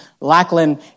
Lackland